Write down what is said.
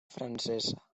francesa